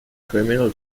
criminal